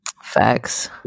Facts